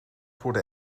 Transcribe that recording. worden